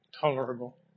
tolerable